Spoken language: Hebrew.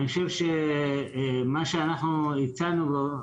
אני חושב שמה שאנחנו הצענו פה,